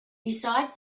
besides